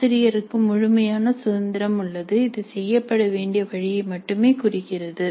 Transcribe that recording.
ஆசிரியருக்கு முழுமையான சுதந்திரம் உள்ளது இது செய்யப்பட வேண்டிய வழியை மட்டுமே குறிக்கிறது